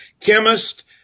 chemist